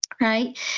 right